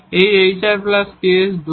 এটি hrks 2